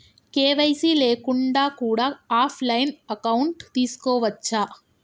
KYC లేకుండా కూడా offline account తీసుకోవచ్చా?